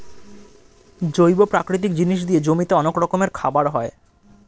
জৈব প্রাকৃতিক জিনিস দিয়ে জমিতে অনেক রকমের খাবার হয়